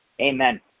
amen